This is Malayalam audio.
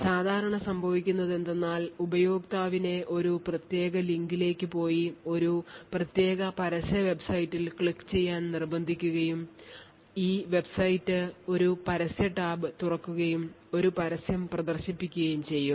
സാധാരണ സംഭവിക്കുന്നത് എന്തെന്നാൽ ഉപയോക്താവിനെ ഒരു പ്രത്യേക ലിങ്കിലേക്ക് പോയി ഒരു പ്രത്യേക പരസ്യ വെബ്സൈറ്റിൽ ക്ലിക്കുചെയ്യാൻ നിർബന്ധിക്കുകയും ഈ വെബ്സൈറ്റ് ഒരു പരസ്യ ടാബ് തുറക്കുകയും ഒരു പരസ്യം പ്രദർശിപ്പിക്കുകയും ചെയ്യും